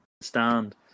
stand